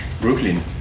Brooklyn